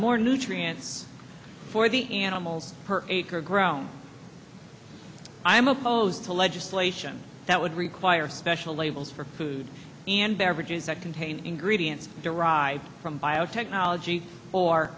more nutrients for the animals per acre grown i am opposed to legislation that would require special labels for food and beverages that contain ingredients derived from biotechnology or